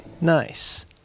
Nice